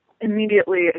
Immediately